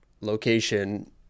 location